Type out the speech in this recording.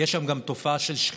יש שם גם תופעה של שחיתות.